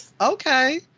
okay